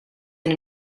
and